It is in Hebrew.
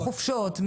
מחופשות.